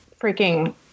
freaking